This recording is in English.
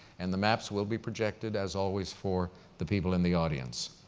and the maps will be projected, as always, for the people in the audience.